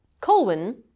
Colwyn